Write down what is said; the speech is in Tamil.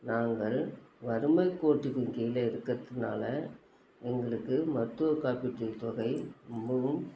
நாங்கள் வறுமைக்கோட்டுக்கு கீழே இருக்கிறதுனால எங்களுக்கு மருத்துவ காப்பீட்டு தொகை ரொம்பவும்